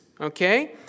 okay